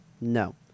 no